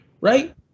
right